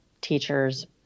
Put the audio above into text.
teachers